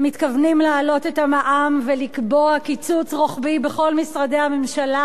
מתכוונים להעלות את המע"מ ולקבוע קיצוץ רוחבי בכל משרדי הממשלה.